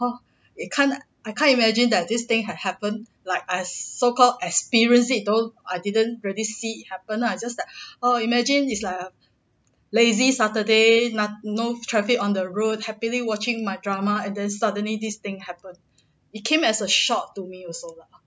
!wah! you can't I can't imagine that this thing had happened like I so called experience it though I didn't really see it happen lah just that oh imagine it's like a lazy saturday not no traffic on the road happily watching my drama and then suddenly this thing happened it came as a shock to me also lah